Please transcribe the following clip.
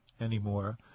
anymore